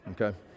okay